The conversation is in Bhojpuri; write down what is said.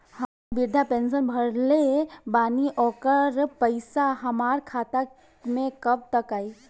हम विर्धा पैंसैन भरले बानी ओकर पईसा हमार खाता मे कब तक आई?